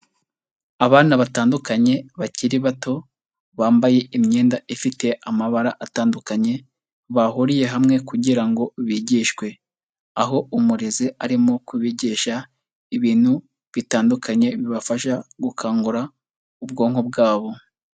Abana batandukanye bakiri bato, bambaye imyenda ifite amabara atandukanye, bahuriye hamwe kugira ngo bigishwe. Aho umurezi arimo kubigisha ibintu bitandukanye, bibafasha gukangura ubwonko bwabo.